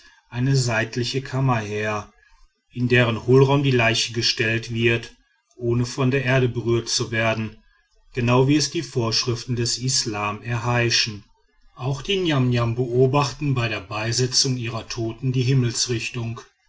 eine seitliche kammer her in deren hohlraum die leiche gestellt wird ohne von der erde berührt zu werden genau wie es die vorschriften des islam erheischen auch die niamniam beobachten bei der beisetzung ihrer toten die himmelsrichtung